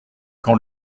quand